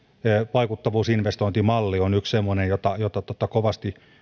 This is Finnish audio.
vaikuttavuusinvestointimalli on yksi semmoinen jota jota kovasti